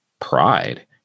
pride